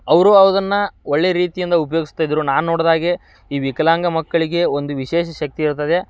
ಅವರು ಅದನ್ನು ಒಳ್ಳೆಯ ರೀತಿಯಿಂದ ಉಪ್ಯೋಗಿಸ್ತಾ ಇದ್ದರು ನಾನು ನೋಡಿದಾಗೆ ಈ ವಿಕಲಾಂಗ ಮಕ್ಕಳಿಗೆ ಒಂದು ವಿಶೇಷ ಶಕ್ತಿ ಇರುತ್ತದೆ